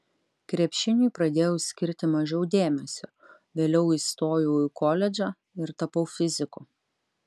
krepšiniui pradėjau skirti mažiau dėmesio vėliau įstojau į koledžą ir tapau fiziku